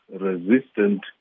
resistant